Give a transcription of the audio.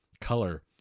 color